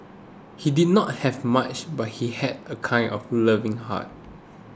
he did not have much but he had a kind of loving heart